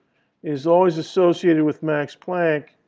is always associated with max planck.